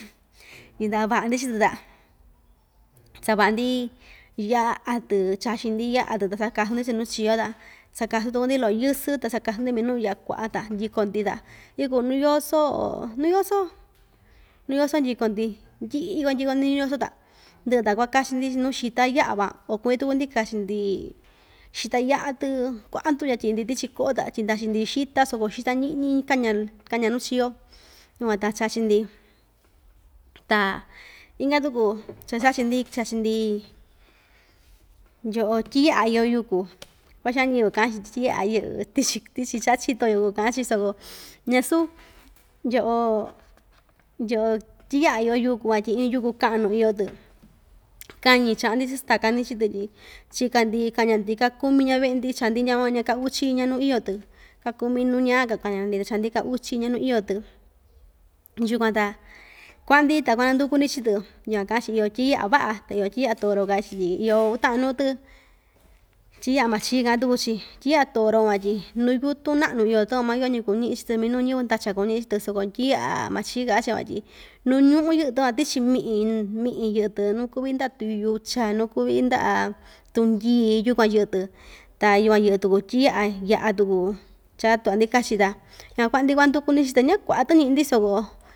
Yɨndaꞌa vaꞌa‑ndi chii‑tɨ ta savaꞌa‑ndi yaꞌa‑tɨ chaxin‑ndi yaꞌa‑tɨ ta sakasu‑ndi chiꞌin nuu chiyo ta sakasɨn tuku‑ndi loꞌo yɨsɨ ta sakasu‑ndi minuu yaꞌa kuaꞌa ta ndɨko‑ndi ta ikuu nuu yoso oo nuu yoso nuyoso ndyɨko‑ndi ndyɨꞌɨ kua ndɨkɨ‑ndi nuu yoso ta ndɨꞌɨ ta kua‑kachi‑ndi nuu xita yaꞌa van o kuñi tuku‑ndi kachi‑ndi xita yaꞌa‑tɨ kuaꞌa ndutya tyiꞌi‑ndi tichi koꞌo ta tyindachi‑ndi xita soko xita ñiꞌñi kaña kaña nuu chio yukuan ta chachi‑ndi ta inka tuku cha chachi‑ndi chachi‑ndi yoꞌo tyiyaꞌa iyo yuku xuaxan ñiyɨvɨ kaꞌan‑chi tyi tyiyaꞌa yɨꞌɨ tichi tichi chaꞌa chito‑yo kaꞌa‑chi soko ñasuu yoꞌo yoꞌo tyiyaꞌa iyo yuku van tyi iin yuku kaꞌnu iyo‑tɨ kañi chaꞌa‑ndi cha staka‑ndi chii‑tɨ tyi chika‑ndi kaña‑ndi kaa kumi ndyaa veꞌe‑ndi chaa‑ndi ndyakuan ndyaa ka uchi ndya nuu iyo‑tɨ ka kumi nuu ñaa‑ka kaña‑ndi ta chaa‑ndi ka uchi ndya nuu iyo tɨ yukuan taa kuaꞌan‑ndi ta kua‑nanduku‑ndi chii‑tɨ yukuan kaꞌa‑chi iyo tyiyaꞌa vaꞌa ta iyo tyiyaꞌa toro kaꞌa‑chi tyi iyo uu taꞌan nuu‑tɨ tyiyaꞌa machii kaꞌan tuku‑chi tyiyaꞌa toro van tyi nuu yutun naꞌnu iyo‑tɨ van mayoo‑ñi kuu ñiꞌi chii‑tɨ minuu ñiyɨvɨ ndachan kuu ñiꞌi chii‑tɨ soko tyiyaꞌa machii kaꞌan chi van tyi nuu ñuꞌu yɨꞌɨ tɨ van tichi miꞌin yɨꞌɨ‑tɨ nuu kuvi ndaꞌa tuyucha nuu kuvi ndyaꞌa tundyii yukuan yɨꞌɨ‑tɨ ta yukuan yɨꞌɨ tuku tɨyaꞌa yaꞌa tuku cha tuꞌva‑ndi kachi ta yukuan kuaꞌa‑ndi kuanduku‑ndi chiichi ñakuaꞌa‑tɨ ñiꞌi‑ndi soko.